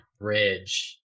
bridge